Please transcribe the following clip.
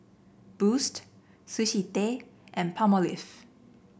Boost Sushi Tei and Palmolive